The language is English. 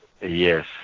Yes